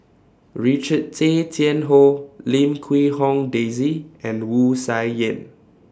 Richard Tay Tian Hoe Lim Quee Hong Daisy and Wu Tsai Yen